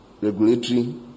regulatory